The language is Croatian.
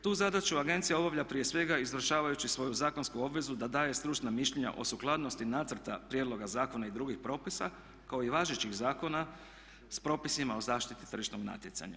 Tu zadaću agencija obavlja prije svega izvršavajući svoju zakonsku obvezu da daje stručna mišljenja o sukladnosti nacrta prijedloga zakona i drugih propisa kao i važećih zakona s propisima o zaštiti tržišnog natjecanja.